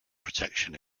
protection